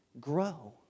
grow